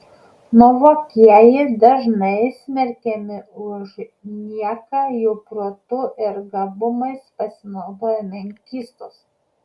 nuovokieji dažnai smerkiami už nieką jų protu ir gabumais pasinaudoja menkystos